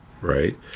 right